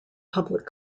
public